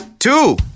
Two